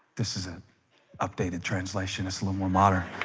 this is an updated translation, it's a little more modern.